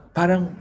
parang